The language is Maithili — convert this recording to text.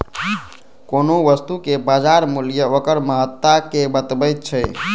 कोनो वस्तुक बाजार मूल्य ओकर महत्ता कें बतबैत छै